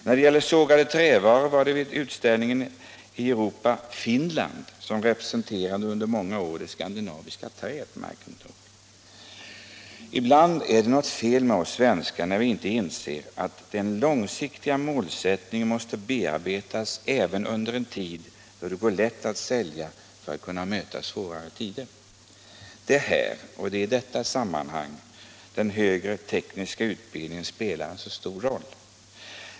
När det gäller sågade trävaror var det vid utställningar i Europa under många år Finland som representerade det skandinaviska trät, märkligt nog. Ibland är det något fel med oss svenskar — när vi inte inser att den långsiktiga målsättningen måste hållas aktuell även under en tid då det går lätt att sälja för att man skall kunna möta svårare tider. Det är i detta sammanhang den högre tekniska utbildningen spelar en så stor roll.